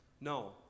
No